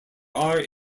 are